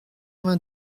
vingt